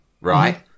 right